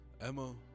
emma